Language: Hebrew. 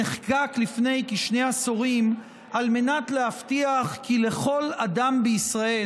נחקק לפני כשני עשורים על מנת להבטיח כי לכל אדם בישראל